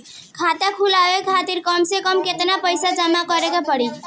खाता खुलवाये खातिर कम से कम केतना पईसा जमा काराये के पड़ी?